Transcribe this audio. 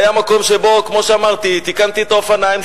זה היה מקום שבו תיקנתי את האופניים,